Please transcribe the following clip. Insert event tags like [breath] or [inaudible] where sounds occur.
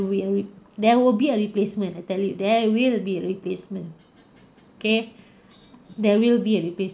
will there will be a replacement I tell you there will be a replacement kay [breath] there will be a replace